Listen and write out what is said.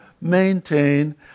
maintain